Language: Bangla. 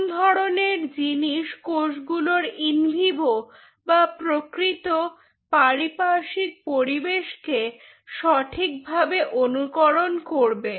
কোন ধরনের জিনিস কোষগুলোর ইনভিভো বা প্রকৃত পারিপার্শ্বিক পরিবেশ কে সঠিকভাবে অনুকরণ করবে